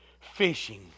fishing